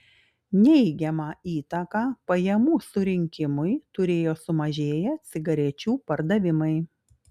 neigiamą įtaką pajamų surinkimui turėjo sumažėję cigarečių pardavimai